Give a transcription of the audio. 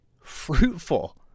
fruitful